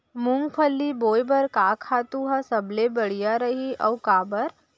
मूंगफली बोए बर का खातू ह सबले बढ़िया रही, अऊ काबर?